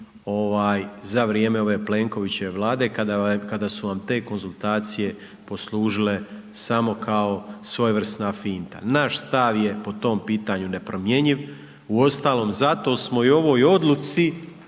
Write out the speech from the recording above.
za vrijeme ove Plenkovićeve Vlade, kada su vam te konzultacije poslužile samo kao svojevrsna finta. Naš stav je po tom pitanju nepromjenjiv. Uostalom, zato smo i u ovoj odluci